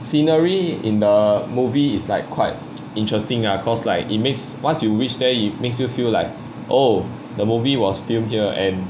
scenery in the movie is like quite interesting ah cause like it makes once you reach there it makes you feel like oh the movie was filmed here and